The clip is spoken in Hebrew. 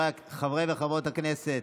חברי וחברות הכנסת,